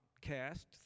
cast